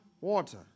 water